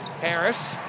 Harris